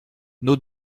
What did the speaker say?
nos